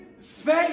Faith